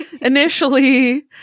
initially